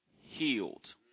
healed